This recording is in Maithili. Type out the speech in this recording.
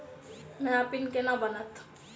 नया पिन केना बनत?